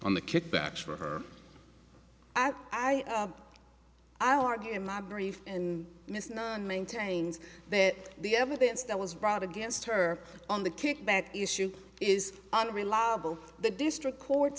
the kickbacks for her i argue in my brief and miss nine maintains that the evidence that was brought against her on the kickback issue is unreliable the district courts